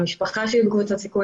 המשפחה שלי בקבוצת סיכון,